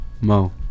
Mo